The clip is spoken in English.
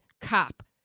cop